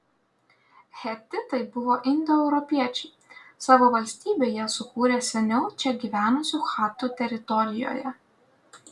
hetitai buvo indoeuropiečiai savo valstybę jie sukūrė seniau čia gyvenusių chatų teritorijoje